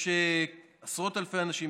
יש עשרות אלפי אנשים,